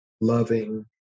loving